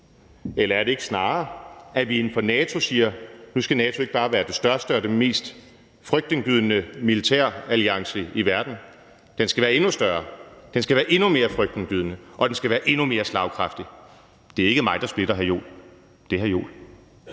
Eller er det ikke snarere, at vi inden for NATO siger: Nu skal NATO ikke bare være den største og mest frygtindgydende militæralliance i verden, den skal være endnu større og endnu mere frygtindgydende, og den skal være endnu mere slagkraftig? Det er ikke mig, der splitter, hr. Jens Joel – det er hr. Jens